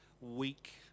week